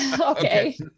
Okay